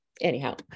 anyhow